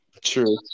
True